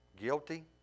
guilty